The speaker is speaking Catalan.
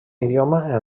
idioma